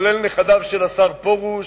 ונכדיו של השר פרוש